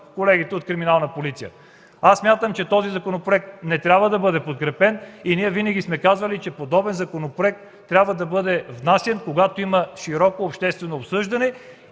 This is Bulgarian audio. колегите от Криминална полиция? Смятам, че този законопроект не трябва да бъде подкрепен. Винаги сме казвали, че подобен законопроект трябва да бъде внасян, когато има широко обществено обсъждане.